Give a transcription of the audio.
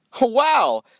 Wow